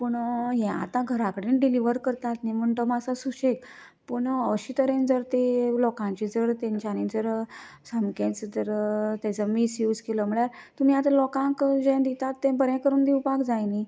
पूण हे आतां घरा कडेन डिलिवर करतात न्ही म्हूण तो मात्सो सुशेग पूण अशे तरेन जर ते लोंकांचे जर तेंच्यानी जर सामकेच जर मिसयूज केलो म्हणळ्यार तुमी जें आतां लोकांक जें दितात तें बरें करून दिवपाक जाय न्ही